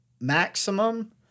maximum